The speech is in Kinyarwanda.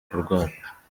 kurwara